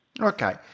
Okay